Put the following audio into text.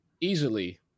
easily